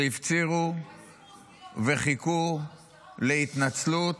שהפצירו וחיכו להתנצלות,